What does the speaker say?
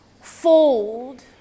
Fold